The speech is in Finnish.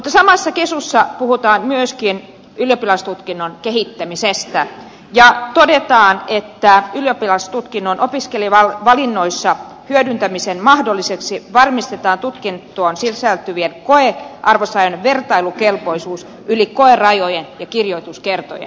mutta samassa kesussa puhutaan myöskin ylioppilastutkinnon kehittämisestä ja todetaan että ylioppilastutkinnon opiskelijavalinnoissa hyödyntämisen mahdollistamiseksi varmistetaan tutkintoon sisältyvien koearvosanojen vertailukelpoisuus yli koerajojen ja kirjoituskertojen